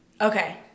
Okay